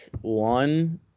one